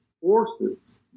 forces